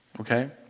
Okay